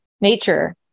nature